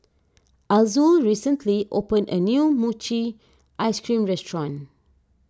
Azul recently opened a new Mochi Ice Cream restaurant